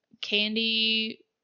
candy